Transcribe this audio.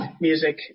music